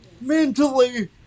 mentally